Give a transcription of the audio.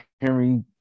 Henry